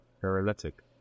paralytic